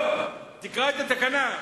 לא, תקרא את התקנה.